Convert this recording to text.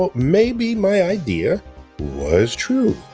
but maybe my idea was true,